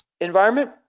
environment